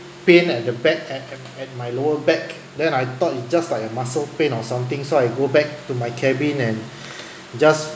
pain at the back at at my lower back then I thought it just like a muscle pain or something so I go back to my cabin and just